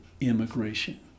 immigration